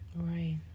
right